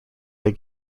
they